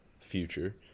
future